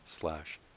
slash